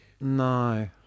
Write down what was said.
No